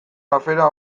afera